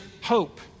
hope